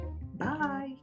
Bye